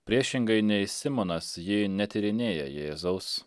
priešingai nei simonas ji netyrinėja jėzaus